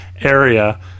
area